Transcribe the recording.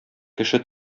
кеше